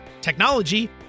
technology